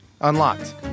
unlocked